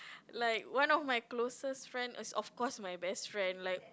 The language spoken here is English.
like one of my closest friend is of course my best friend like